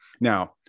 Now